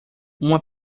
uma